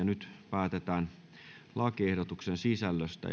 nyt päätetään lakiehdotuksen sisällöstä